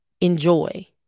Enjoy